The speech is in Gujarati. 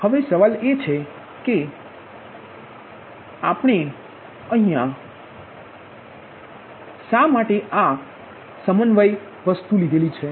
હવે સવાલ એ છે કે તમારી સ્પષ્ટતા માટે અમે શું કરીશું કે શા માટે આ સમિટ વસ્તુ આવે છે